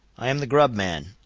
i am the grub-man.